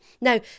Now